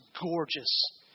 gorgeous